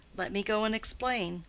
let me go and explain.